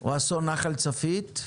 או אסון נחל צפית,